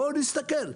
בואו נסתכל.